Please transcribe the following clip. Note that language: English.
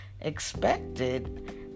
expected